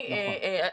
נכון.